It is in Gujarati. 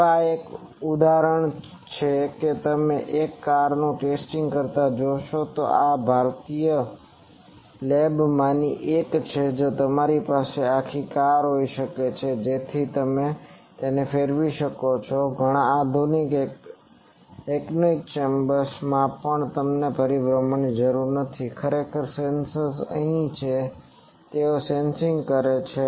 હવે આ એક ઉદાહરણ છે કે તમે એક કારનું ટેસ્ટ કરતા જોશો આ તે એક ભારતીય લેબમાંની એક છે જે તમારી પાસે આ આખી કાર હોઈ શકે છે જેથી તે પણ ફેરવી શકે અને ઘણા આધુનિક એનાકોઇક ચેમ્બર્સમાં પણ તમને પરિભ્રમણની જરૂર નથી ખરેખર સેન્સર્સ અહીં છે અને તેઓ સેન્સિંગ કરે છે